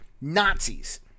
Nazis